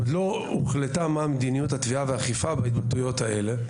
עוד לא הוחלטה מדיניות התביעה והאכיפה בהתבטאויות האלה,